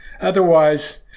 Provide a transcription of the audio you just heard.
Otherwise